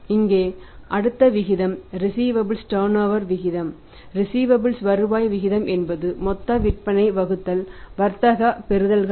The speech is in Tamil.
இங்கே அடுத்த விகிதம் ரிஸீவபல்ஸ் வருவாய் விகிதம் என்பது மொத்த விற்பனை வகுத்தல் வர்த்தக பெறுதல்களால்